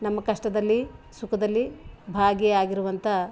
ನಮ್ಮ ಕಷ್ಟದಲ್ಲಿ ಸುಖದಲ್ಲಿ ಭಾಗಿಯಾಗಿರುವಂಥ